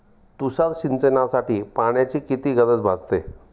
तुषार सिंचनासाठी पाण्याची किती गरज भासते?